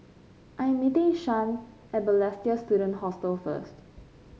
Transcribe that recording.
I am meeting Shan at Balestier Student Hostel first